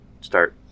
start